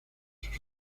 sus